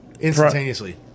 instantaneously